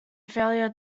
failure